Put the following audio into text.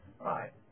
right